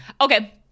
Okay